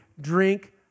drink